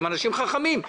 אתם אנשים חכמים.